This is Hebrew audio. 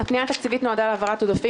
הפנייה התקציבית נועדה להעברת עודפים